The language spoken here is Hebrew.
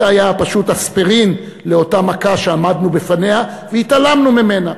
זה היה פשוט אספירין לאותה מכה שעמדנו בפניה והתעלמנו ממנה.